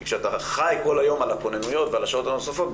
כי כשאתה חי כל היום על הכוננויות ועל השעות הנוספות,